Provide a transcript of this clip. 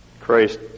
Christ